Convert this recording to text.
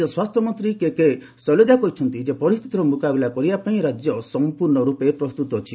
ରାଜ୍ୟ ସ୍ୱାସ୍ଥ୍ୟମନ୍ତ୍ରୀ K K Shailaja କହିଛନ୍ତି ପରିସ୍ଥିତିର ମୁକାବିଲା ପାଇଁ ରାଜ୍ୟ ସମ୍ପୂର୍ଣ୍ଣ ରୂପେ ପ୍ରସ୍ତୁତ ଅଛି